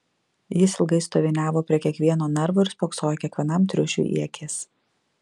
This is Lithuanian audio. jis ilgai stoviniavo prie kiekvieno narvo ir spoksojo kiekvienam triušiui į akis